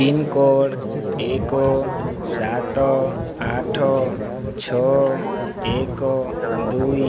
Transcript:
pincode ଏକ ସାତ ଆଠ ଛଅ ଏକ ଦୁଇ